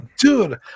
dude